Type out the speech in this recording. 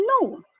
no